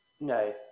no